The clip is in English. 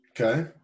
Okay